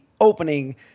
opening